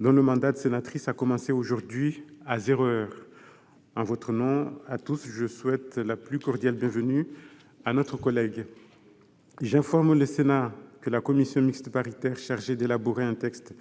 dont le mandat de sénatrice a commencé aujourd'hui, à zéro heure. En votre nom à tous, je souhaite la plus cordiale bienvenue à notre collègue. J'informe le Sénat que la commission mixte paritaire chargée d'élaborer un texte